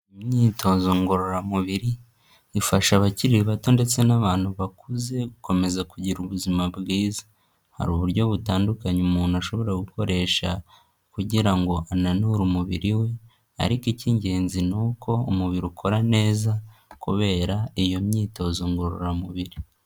Imyitozo ngororamubiri ifasha abakiri bato ndetse n'abantu bakuze gukomeza kugira ubuzima bwiza, hari uburyo butandukanye umuntu ashobora gukoresha kugira ngo ananure umubiri we ariko icy'ingenzi ni uko umubiri ukora neza kubera iyo myitozo ngororamubiri.